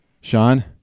Sean